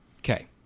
Okay